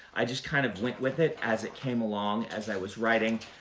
i just kind of went with it as it came along as i was writing.